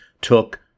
took